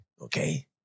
Okay